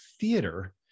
theater